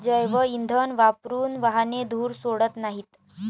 जैवइंधन वापरून वाहने धूर सोडत नाहीत